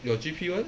your G_P what